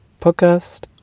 podcast